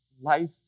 life